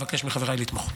אבקש מחבריי לתמוך.